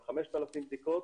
עד 5,000 בדיקות,